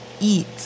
eat